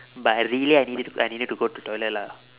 but I really I needed I needed to go to the toilet lah